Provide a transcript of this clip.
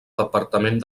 departament